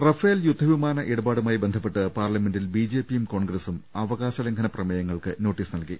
Rafale യുദ്ധവിമാന ഇടപാടുമായി ബന്ധപ്പെട്ട് പാർലമെന്റിൽ ബിജെപിയും കോൺഗ്രസും അവകാശ ലംഘന പ്രമേയങ്ങൾക്ക് നോട്ടീസ് നൽകി